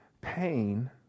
pain